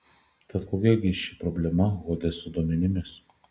tad kokia gi ši problema hodeso duomenimis